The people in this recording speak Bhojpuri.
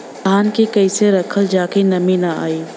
धान के कइसे रखल जाकि नमी न आए?